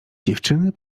dziewczyny